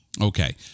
Okay